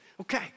okay